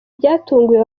byatunguye